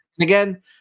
again